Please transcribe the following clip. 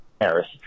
Harris